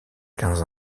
quinze